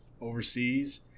overseas